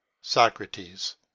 Socrates